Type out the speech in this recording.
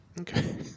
Okay